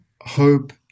hope